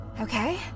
Okay